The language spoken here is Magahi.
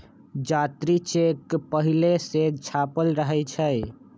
जात्री चेक पहिले से छापल रहै छइ